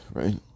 right